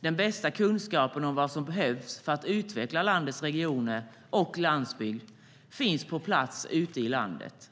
Den bästa kunskapen om vad som behövs för att utveckla landets regioner och landsbygd finns på plats ute i landet.